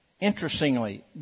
interestingly